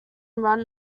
run